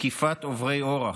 תקיפת עוברי אורח,